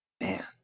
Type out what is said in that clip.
man